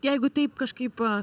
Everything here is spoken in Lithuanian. jeigu taip kažkaip